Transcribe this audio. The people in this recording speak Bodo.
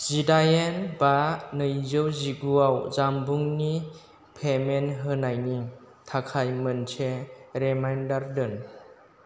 जिदाइन बा नैजौ जिगुआव जामबुंनि पेमेन्ट होनायनि थाखाय मोनसे रेमाइन्डार दोन